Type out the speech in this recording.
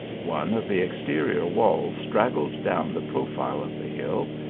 one of the ex terior walls straggled down the profile of the hill,